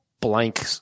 blank